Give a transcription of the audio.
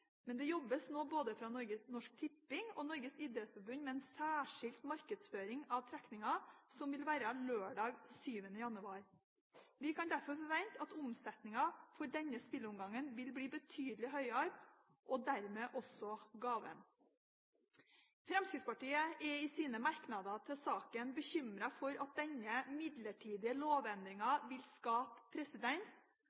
Det jobbes nå både fra Norsk Tippings og Norges idrettsforbunds side med en særskilt markedsføring av trekningen som vil være lørdag 7. januar. Vi kan derfor forvente at omsetningen for denne spilleomgangen vil bli betydelig høyere – og dermed også gaven. Fremskrittspartiet er i sine merknader til saken bekymret for at denne midlertidige